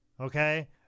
okay